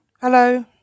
Hello